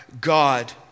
God